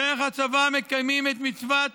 דרך הצבא מקיימים את מצוות